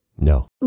No